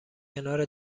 کنار